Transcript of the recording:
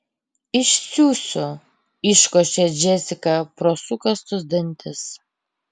išsiųsiu iškošia džesika pro sukąstus dantis